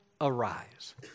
arise